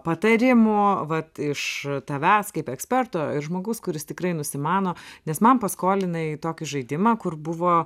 patarimų vat iš tavęs kaip eksperto ir žmogaus kuris tikrai nusimano nes man paskolinai tokį žaidimą kur buvo